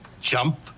jump